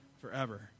forever